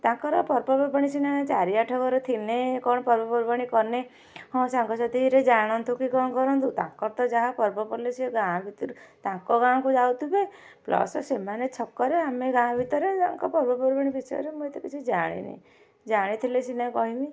ତାଙ୍କର ପର୍ବପର୍ବାଣି ସିନା ଚାରି ଆଠ ଘର ଥିଲେ କ'ଣ ପର୍ବପର୍ବାଣି କଲେ ହଁ ସାଙ୍ଗସାଥିରେ ଜାଣନ୍ତୁ କି କ'ଣ କରନ୍ତୁ ତାଙ୍କର ତ ଯାହା ପର୍ବ ପଡ଼ିଲେ ସେ ଗାଁ ଭିତରେ ତାଙ୍କ ଗାଁକୁ ଯାଉଥିବେ ପ୍ଲସ୍ ସେମାନେ ଛକରେ ଆମେ ଗାଁ ଭିତରେ ତାଙ୍କ ପର୍ବପର୍ବାଣି ବିଷୟରେ ମୁଁ ଏତେ କିଛି ଜାଣିନି ଜାଣିଥିଲେ ସିନା କହିମି